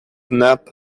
nap